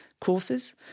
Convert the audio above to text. courses